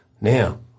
Now